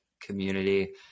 community